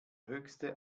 höchste